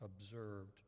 observed